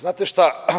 Znate šta?